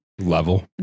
Level